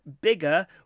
bigger